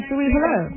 Hello